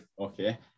Okay